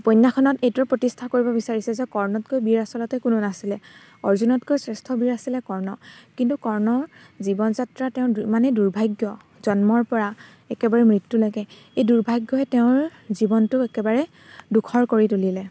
উপন্যাসখনত এইটোৰ প্ৰতিষ্ঠা কৰিব বিচাৰিছে যে কৰ্ণতকৈ বীৰ আচলতে কোনো নাছিলে অৰ্জুনতকৈ শ্ৰেষ্ঠ বীৰ আছিলে কৰ্ণ কিন্তু কৰ্ণৰ জীৱন যাত্ৰা তেওঁৰ ইমানেই দুৰ্ভাগ্য জন্মৰ পৰা একেবাৰে মৃত্যুলৈকে এই দুৰ্ভাগ্য তেওঁৰ জীৱনটো একেবাৰে দুখৰ কৰি তুলিলে